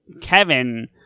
Kevin